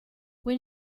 when